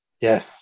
Yes